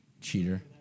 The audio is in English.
Cheater